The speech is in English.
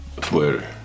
Twitter